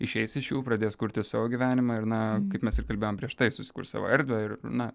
išeis iš jų ir pradės kurtis savo gyvenime ir na kaip mes ir kalbėjom orieš tai susikurt savo erdvę ir na